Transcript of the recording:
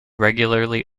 regularly